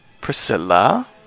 Priscilla